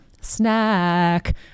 snack